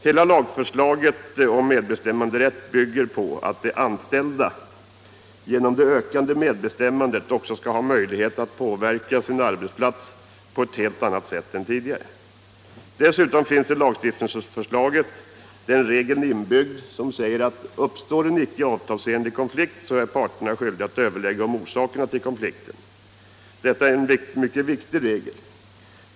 Hela lagförslaget om medbestämmande bygger på att de anställda genom det ökade medbestämmandet också skall ha möjlighet att påverka sin arbetsplats på ett helt annat sätt än tidigare. Dessutom finns i lagförslaget den regeln inbyggd som säger: Uppstår en icke avtalsenlig konflikt är parterna skyldiga att överlägga om orsakerna till konflikten. Detta är en mycket viktig regel.